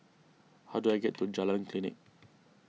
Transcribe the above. how do I get to Jalan Klinik